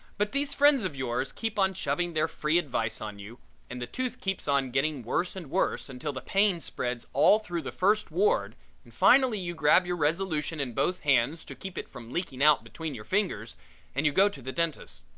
but these friends of yours keep on shoving their free advice on you and the tooth keeps on getting worse and worse until the pain spreads all through the first ward and finally you grab your resolution in both hands to keep it from leaking out between your fingers and you go to the dentist's.